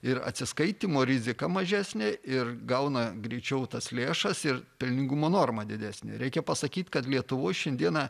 ir atsiskaitymo rizika mažesnė ir gauna greičiau tas lėšas ir pelningumo norma didesnė reikia pasakyt kad lietuvoj šiandieną